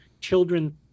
children